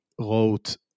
wrote